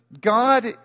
God